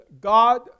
God